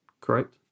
correct